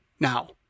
Now